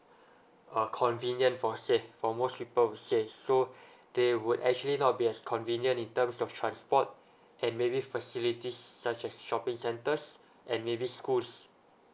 uh convenient for say for most people would say so they would actually not be as convenient in terms of transport and maybe facilities such as shopping centers and maybe schools